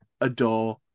adore